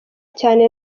cyane